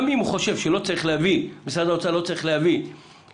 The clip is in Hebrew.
גם אם הוא חושב שמשרד האוצר לא צריך להביא מתקציבו